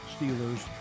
Steelers